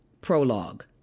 Prologue